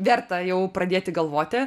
verta jau pradėti galvoti